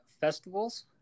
festivals